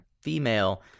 female